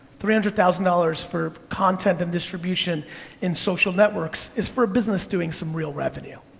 three hundred thousand dollars for content and distribution in social networks is for a business doing some real revenue.